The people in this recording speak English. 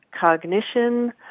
cognition